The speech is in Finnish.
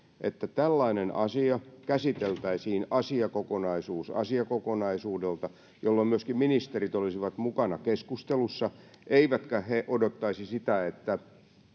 että tällainen asia käsiteltäisiin asiakokonaisuus asiakokonaisuudelta jolloin myöskin ministerit olisivat mukana keskustelussa eivätkä odottaisi sitä että